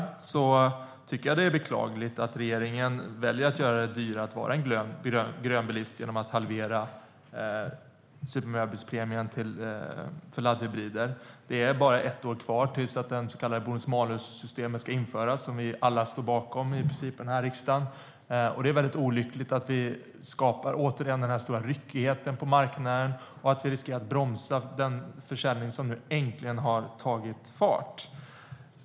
Det är beklagligt att regeringen genom att halvera supermiljöbilspremien för laddhybrider väljer att göra det dyrare att vara en grön bilist. Det är bara ett år kvar tills man ska införa det så kallade bonus-malus-systemet, som i princip alla vi i riksdagen står bakom. Det är väldigt olyckligt att vi återigen skapar den här stora ryckigheten på marknaden och att vi riskerar att bromsa den försäljning som äntligen har tagit fart.